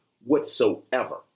Whatsoever